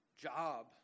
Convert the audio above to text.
job